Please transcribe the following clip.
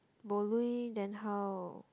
bo lui then how